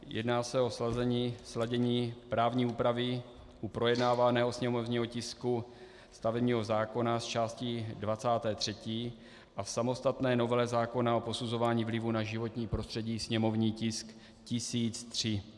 Jedná se o sladění právní úpravy u projednávaného sněmovního tisku stavebního zákona s částí 23. a v samostatné novele zákona o posuzování vlivu na životní prostředí, sněmovní tisk 1003.